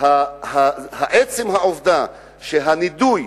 עצם הנידוי,